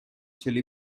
chili